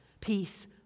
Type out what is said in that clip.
Peace